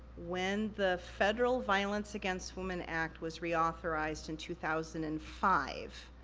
when the federal violence against women act was reauthorized in two thousand and five,